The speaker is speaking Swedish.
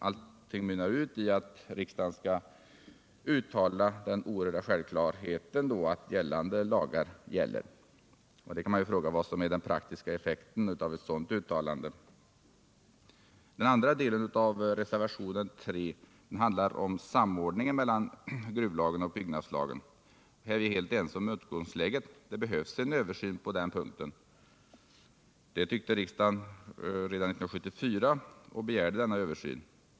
Allting mynnar ut i att riksdagen skall uttala den oerhörda självklarheten att gällande lagar gäller. Vad är den praktiska effekten av ett sådant uttalande? Den andra delen i reservationen 3 handlar om samordningen mellan gruvlagen och byggnadslagen. Här är vi helt sams om utgångsläget: det behövs en översyn på den punkten. Det tyckte riksdagen redan 1974 och begärde denna översyn.